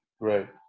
Right